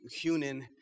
Hunan